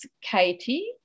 Katie